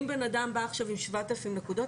אם בן אדם בא עכשיו עם 7,000 נקודות,